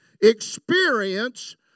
experience